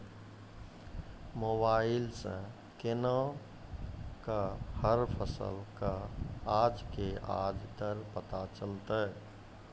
Mobile सऽ केना कऽ हर फसल कऽ आज के आज दर पता चलतै?